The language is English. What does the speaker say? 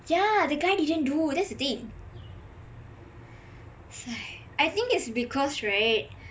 yah the guy didn't do that's the thing that's why I think it's because right